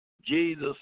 Jesus